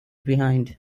behind